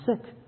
sick